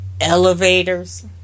Elevators